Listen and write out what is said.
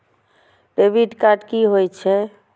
Debit card कि होई छै?